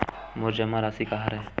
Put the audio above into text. मोर जमा राशि का हरय?